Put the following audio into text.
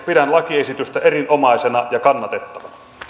pidän lakiesitystä erinomaisena ja kannatettavana